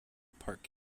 park